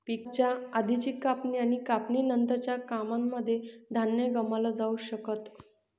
पिकाच्या आधीची कापणी आणि कापणी नंतरच्या कामांनमध्ये धान्य गमावलं जाऊ शकत